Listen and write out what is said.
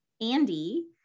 Andy